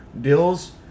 deals